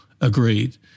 agreed